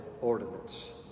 ordinance